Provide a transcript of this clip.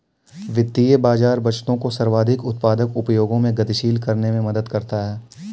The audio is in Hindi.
वित्तीय बाज़ार बचतों को सर्वाधिक उत्पादक उपयोगों में गतिशील करने में मदद करता है